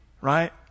right